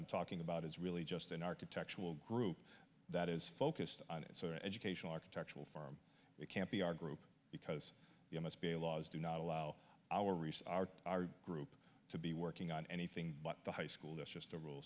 i'm talking about is really just an architectural group that is focused on it's an educational architectural firm it can't be our group because you must be laws do not allow our research our group to be working on anything but the high school is just a rule